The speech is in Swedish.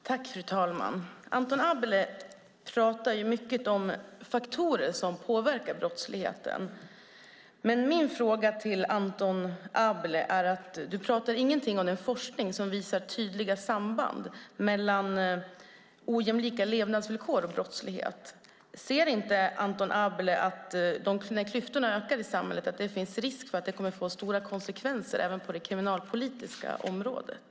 Fru talman! Anton Abele pratar mycket om faktorer som påverkar brottsligheten. Min fråga till Anton Abele utgår från att du inte pratar någonting om den forskning som visar tydliga samband mellan ojämlika levnadsvillkor och brottslighet. Ser inte Anton Abele att när klyftorna ökar i samhället finns det en risk för att det kommer att få stora konsekvenser även på det kriminalpolitiska området?